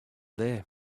there